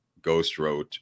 ghostwrote